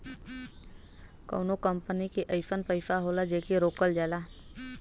कउनो कंपनी के अइसन पइसा होला जेके रोकल जाला